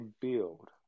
build